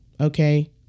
okay